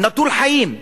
נטול חיים,